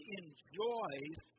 enjoys